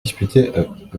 disputaient